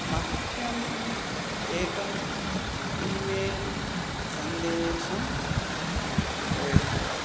मह्यम् एकम् ईमेल् सन्देशं प्रेषय